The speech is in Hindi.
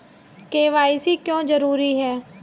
के.वाई.सी क्यों जरूरी है?